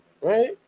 right